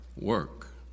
work